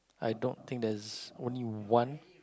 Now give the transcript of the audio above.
i don't think that's what you want